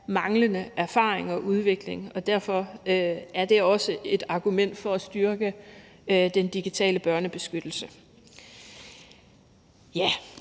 manglende erfaring og udvikling. Derfor er det også et argument for at styrke den digitale børnebeskyttelse.